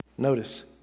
Notice